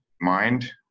mind